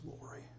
glory